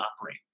operate